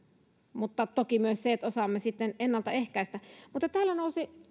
mutta toki myös se että osaamme sitten ennalta ehkäistä mutta täällä